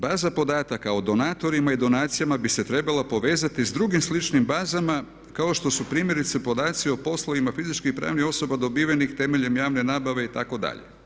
Baza podataka o donatorima i donacijama bi se trebala povezati s drugim sličnim bazama kao što su primjerice podaci o poslovima fizičkih i pravnih osoba dobivenih temeljem javne nabave itd.